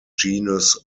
genus